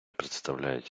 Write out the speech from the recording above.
представляють